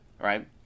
right